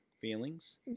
feelings